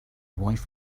wife